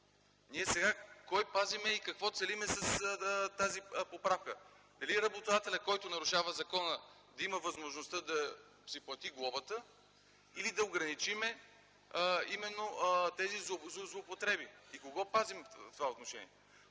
глобата. Кой пазим и какво целим с тази поправка – дали работодателят, който нарушава закона, да има възможността да си плати глобата или да ограничим именно тези злоупотреби? Кого пазим в това отношение?